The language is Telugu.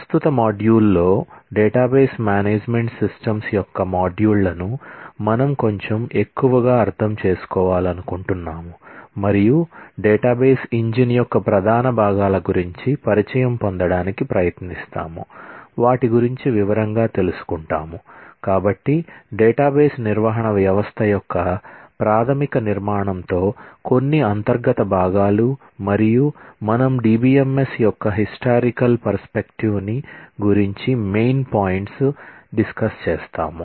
ప్రస్తుత మాడ్యూల్లో డేటాబేస్ మేనేజ్మెంట్ సిస్టమ్స్ ని గురించి మెయిన్ పాయింట్స్ డిస్కస్ చేస్తాం